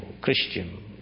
Christian